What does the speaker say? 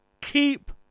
keep